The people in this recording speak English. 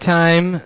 time